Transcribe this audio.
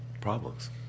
problems